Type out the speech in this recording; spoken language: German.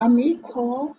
armeekorps